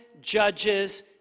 judges